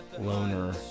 loner